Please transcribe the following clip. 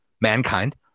mankind